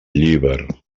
llíber